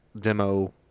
demo